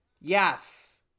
Yes